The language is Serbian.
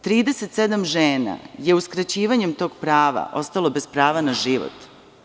Trideset sedam žena je uskraćivanjem tog prava ostalo bez prava na život.